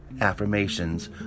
Affirmations